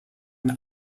and